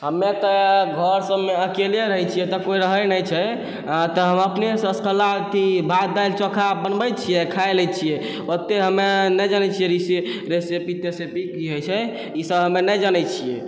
हमे तऽ घर सबमे अकेले रहै छिए तऽ कोइ रहै नहि छै तऽ हम अपनेसँ असकल्ला अथी भात दालि चोखा बनबै छिए खाइ लै छिए ओतेक हमे नहि जानै छिए रेसिपी तेसिपी की होइ छै ई सब हमे नहि जानै छिए